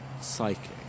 psychic